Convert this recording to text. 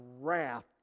wrath